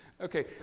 Okay